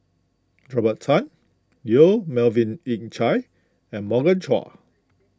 Robert Tan Yong Melvin Yik Chye and Morgan Chua